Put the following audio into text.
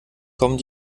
kommen